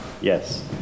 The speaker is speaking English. Yes